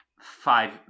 five